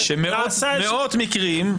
נעשה --- מאות מקרים,